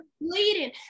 bleeding